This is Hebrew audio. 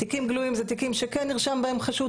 תיקים גלויים זה תיקים שכן נרשם בהם חשוד,